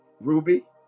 Ruby